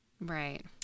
Right